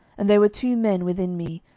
and there were two men within me,